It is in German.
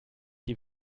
die